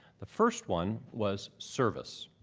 the first one was service.